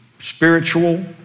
spiritual